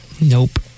Nope